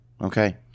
Okay